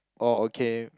oh okay